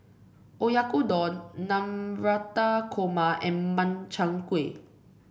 Oyakodon Navratan Korma and Makchang Gui